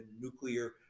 nuclear